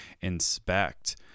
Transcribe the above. inspect